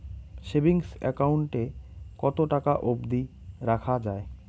Savings account এ কতো টাকা অব্দি রাখা যায়?